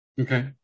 Okay